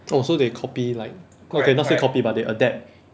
oh so they copy like okay not say copy but they adapt